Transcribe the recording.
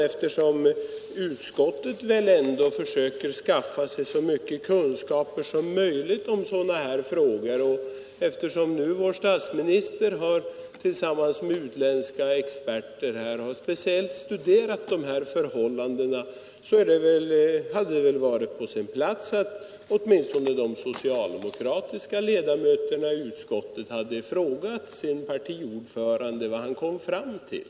Eftersom utskottet väl ändå försöker skaffa sig så mycket kunskaper som möjligt om sådana här frågor och eftersom nu vår statsminister tillsammans med utländska experter har speciellt studerat de här förhållandena, hade det väl varit på sin plats att åtminstone de socialdemokratiska ledamöterna i utskottet hade frågat sin partiordförande vad han kom fram till.